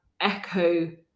echo